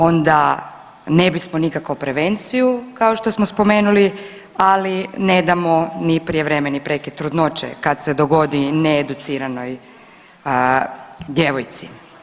Onda ne bismo nikako prevenciju kao što smo spomenuli, ali ne damo ni prijevremeni prekid trudnoće kad se dogodi needuciranoj djevojci.